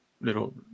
little